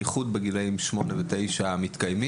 בייחוד בגילאים שמונה ותשע.